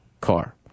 car